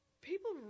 People